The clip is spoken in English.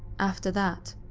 after that,